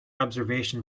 observation